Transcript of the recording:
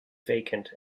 vacant